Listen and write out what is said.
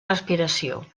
respiració